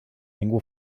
ningú